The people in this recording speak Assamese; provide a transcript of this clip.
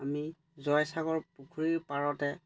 আমি জয়সাগৰ পুখুৰীৰ পাৰতে